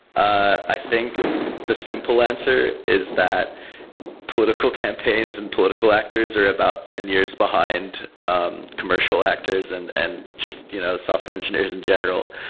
i think the simple answer is that political campaigns and political actors are about ten years behind um commercial actors and and just you know software engineers in general.